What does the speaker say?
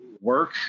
work